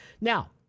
Now